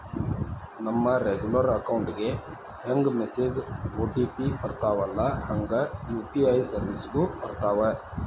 ನಮ regular account ಗೆ ಹೆಂಗ ಮೆಸೇಜ್ ಒ.ಟಿ.ಪಿ ಬರ್ತ್ತವಲ್ಲ ಹಂಗ ಯು.ಪಿ.ಐ ಸೆರ್ವಿಸ್ಗು ಬರ್ತಾವ